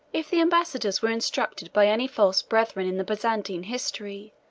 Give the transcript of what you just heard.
if the ambassadors were instructed by any false brethren in the byzantine history,